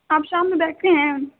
آپ شام میں بیٹھتے ہیں